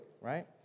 right